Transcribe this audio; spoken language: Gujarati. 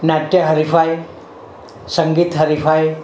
નાટ્ય હરીફાઈ સંગીત હરીફાઈ